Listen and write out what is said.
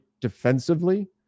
defensively